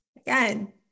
Again